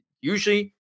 usually